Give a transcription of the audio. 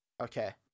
Okay